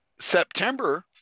September